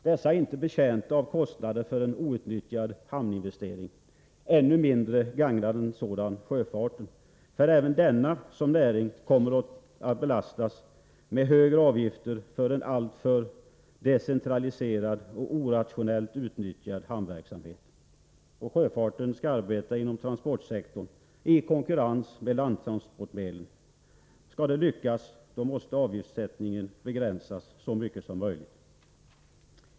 Dessa är inte betjänta av en outnyttjad hamninvestering. Ännu mindre gagnar en sådan sjöfarten, eftersom även 135 denna som näring kommer att belastas med högre avgifter för en alltför decentraliserad och orationellt utnyttjad hamnverksamhet. Sjöfarten skall arbeta inom transportsektorn i konkurrens med landtransportmedel, och om det skall lyckas måste avgifterna begränsas så mycket som möjligt.